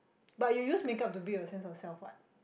but you use makeup to build your sense of self what